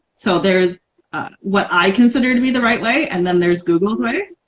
so there's what i consider to be the right way and then there's google's way.